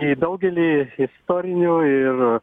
į daugelį istorinių ir